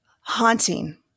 haunting